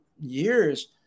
years